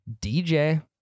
DJ